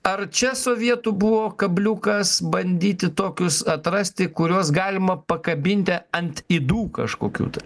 ar čia sovietų buvo kabliukas bandyti tokius atrasti kuriuos galima pakabinti ant ydų kažkokių tai